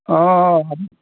অঁ